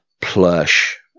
plush